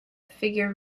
figure